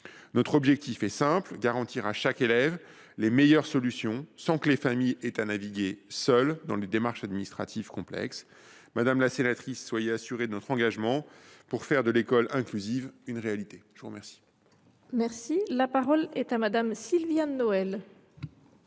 Notre objectif est simple : garantir à chaque élève les meilleures solutions, sans que les familles aient à naviguer seules dans des démarches administratives complexes. Madame la sénatrice, soyez assurée de notre engagement à faire de l’école inclusive une réalité. La parole est à Mme Sylviane Noël,